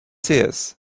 seers